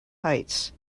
heights